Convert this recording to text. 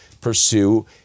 pursue